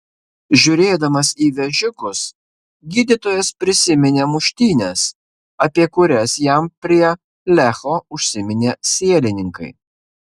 žiūrėdamas į vežikus gydytojas prisiminė muštynes apie kurias jam prie lecho užsiminė sielininkai